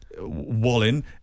Wallin